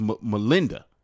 Melinda